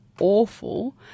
awful